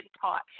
taught